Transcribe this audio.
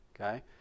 okay